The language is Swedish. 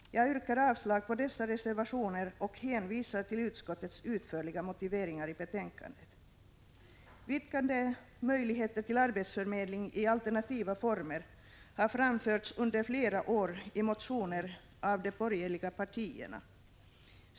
Jag yrkar avslag på dessa reservationer och hänvisar till utskottets utförliga motiveringar i betänkandet. Vidgade möjligheter till arbetsförmedling i alternativa former har framförts under flera år i motioner av de borgerliga partierna.